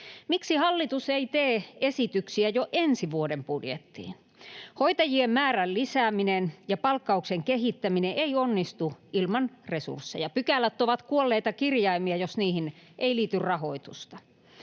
Miksi hallitus ei tee esityksiä jo ensi vuoden budjettiin? Hoitajien määrän lisääminen ja palkkauksen kehittäminen eivät onnistu ilman resursseja. Pykälät ovat kuolleita kirjaimia, jos niihin ei liity rahoitusta.